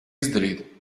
izdarīt